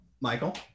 Michael